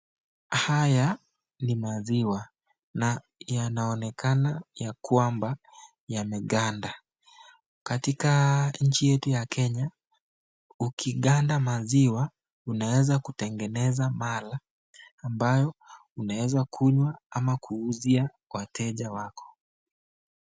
Haya ni maziwa na yanaonekana ya kwamba yameganda. Katika nchi yetu ya Kenya ukiganda maziwa unaeza kutegeneza mala ambayo unaeza kunywa ama kuuzia wateja wako.